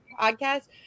podcast